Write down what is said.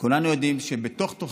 כולנו יודעים שבתוך-תוכך